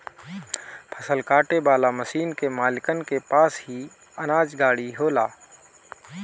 फसल काटे वाला मशीन के मालिकन के पास ही अनाज गाड़ी होला